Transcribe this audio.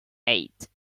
eight